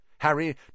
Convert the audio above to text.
Harry